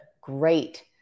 Great